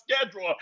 schedule